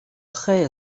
prêts